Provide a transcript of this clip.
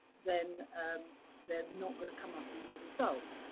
then they're not going to come up in your results.